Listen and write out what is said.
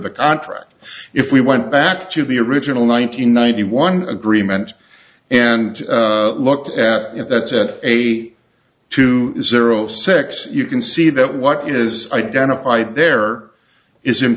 the contract if we went back to the original ninety ninety one agreement and look at that eighty two zero six you can see that what is identified there is